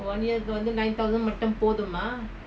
சாப்பாடு:sappadu